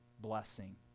blessing